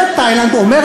זה מה שמטריד אותך?